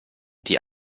die